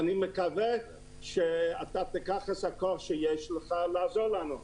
ואני מקווה שאתה תיקח את הכוח שיש לך כדי לעזור לנו.